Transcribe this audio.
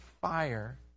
fire